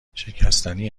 شکستنی